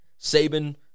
Saban